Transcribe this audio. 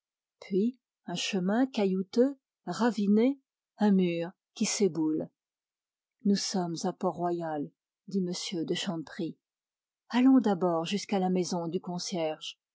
puis un chemin caillouteux raviné un mur qui s'éboule nous sommes à port-royal dit m de chanteprie allons d'abord jusqu'à la maison du concierge